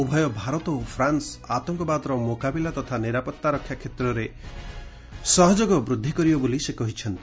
ଉଭୟ ଭାରତ ଓ ଫ୍ରାନ୍ନ ଆତଙ୍କବାଦର ମୁକାବିଲା ତଥା ନିରାପତ୍ତା ରକ୍ଷା କ୍ଷେତ୍ରରେ ସହଯୋଗ ବୃଦ୍ଧି କରିବେ ସେ କହିଛନ୍ତି